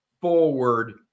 forward